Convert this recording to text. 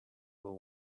will